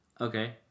Okay